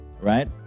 right